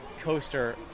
coaster